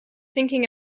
thinking